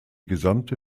gesamte